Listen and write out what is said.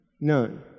None